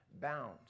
bound